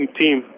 team